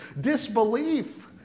disbelief